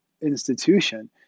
institution